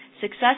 Success